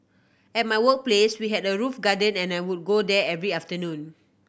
at my workplace we had a roof garden and I would go there every afternoon